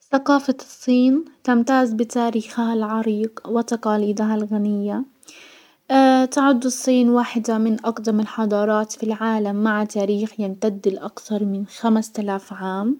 سقافة الصين تمتاز بتاريخها العريق وتقاليدها الغنية، تعد الصين واحدة من اقدم الحضارات في العالم مع تاريخ يمتد لاكثر من خمس الاف عام.